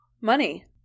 Money